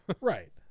Right